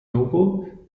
nobel